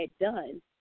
done